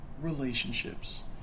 relationships